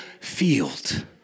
field